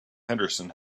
henderson